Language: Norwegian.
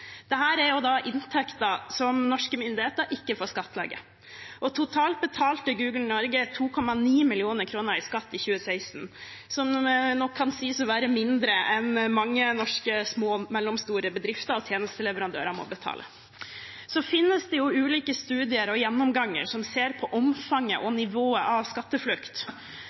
inntekter som norske myndigheter ikke får skattlegge. Totalt betalte Google Norge 2,9 mill. kr i skatt i 2016, som nok kan sies å være mindre enn mange norske små og mellomstore bedrifter og tjenesteleverandører må betale. Det finnes ulike studier og gjennomganger som ser på omfanget og nivået av skatteflukt.